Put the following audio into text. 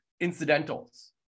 incidentals